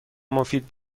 مفید